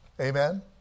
Amen